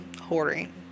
hoarding